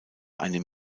einem